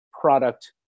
product